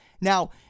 Now